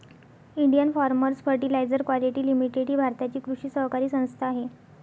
Indian farmers fertiliser quality limited ही भारताची कृषी सहकारी संस्था आहे